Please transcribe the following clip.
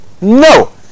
No